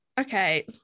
Okay